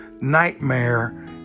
nightmare